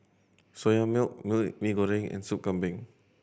Soya Milk Mee Goreng and Sup Kambing